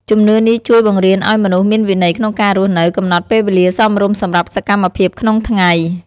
ជំនឿនេះជួយបង្រៀនឲ្យមនុស្សមានវិន័យក្នុងការរស់នៅ កំណត់ពេលវេលាសមរម្យសម្រាប់សកម្មភាពក្នុងថ្ងៃ។